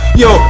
yo